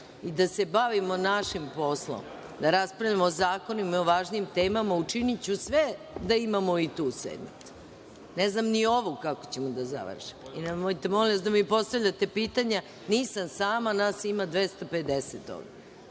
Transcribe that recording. i da se bavimo našim poslom, da raspravljamo o zakonima, i o važnijim temama, učiniću sve da imamo i tu sednicu. Ne znam ni ovu kako ćemo da završimo. Nemojte molim vas da mi postavljate pitanje. Nisam sama, nas ima 250 ovde.